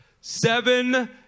Seven